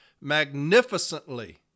magnificently